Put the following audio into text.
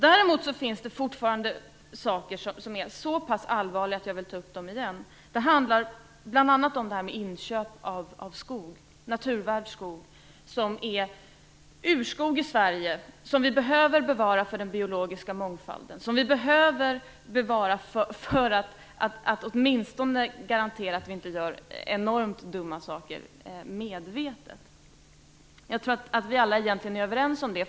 Däremot finns det fortfarande saker som är så pass allvarliga att jag vill ta upp dem igen. Det handlar bl.a. om inköp av naturvärd skog i Sverige, urskog, som vi behöver bevara för den biologiska mångfaldens skull, som vi behöver bevara för att åtminstone garantera att vi inte medvetet gör enormt dumma saker. Jag tror att vi alla egentligen är överens om det.